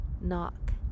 Knock